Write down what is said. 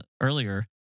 earlier